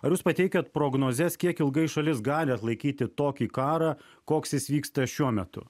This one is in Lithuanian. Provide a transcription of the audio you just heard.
ar jūs pateikiat prognozes kiek ilgai šalis gali atlaikyti tokį karą koks jis vyksta šiuo metu